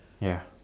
ya